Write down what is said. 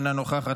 אינה נוכחת,